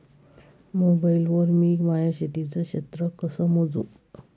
Mobile वर मी माया शेतीचं क्षेत्र कस मोजू?